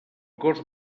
gos